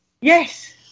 Yes